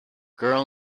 girl